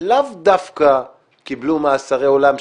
לאו דווקא קיבלו מאסרי עולם,